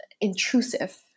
intrusive